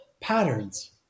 patterns